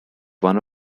one